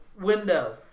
window